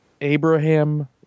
Abraham